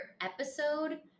episode